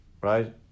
right